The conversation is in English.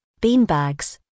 beanbags